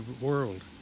world